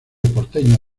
porteño